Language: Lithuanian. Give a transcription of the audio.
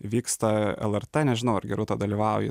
vyksta lrt nežinau ar gerūta dalyvauji